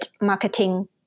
marketing